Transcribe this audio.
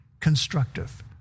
constructive